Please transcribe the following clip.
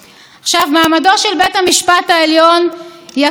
העצמאות השיפוטית שלו היא יסוד מוסד,